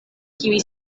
kiuj